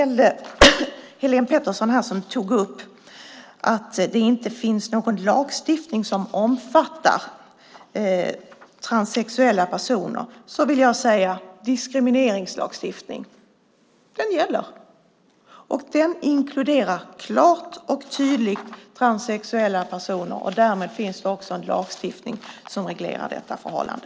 Helene Petersson tog upp att det inte finns någon lagstiftning som omfattar transsexuella personer. Då vill jag säga: Diskrimineringslagstiftningen gäller. Den inkluderar klart och tydligt transsexuella personer. Därmed finns det också en lagstiftning som reglerar detta förhållande.